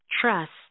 trust